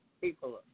people